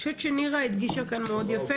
אני חושבת שנירה הדגישה כאן מאוד יפה